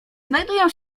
znajdują